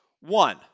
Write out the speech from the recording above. one